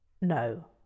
No